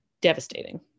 devastating